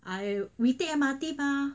I we take M_R_T mah